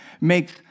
makes